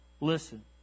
Listen